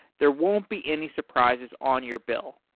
there won't be any surprises on your bill.